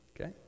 Okay